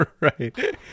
right